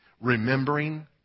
Remembering